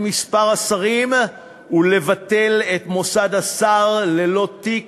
מספר השרים ולבטל את מוסד השר ללא תיק,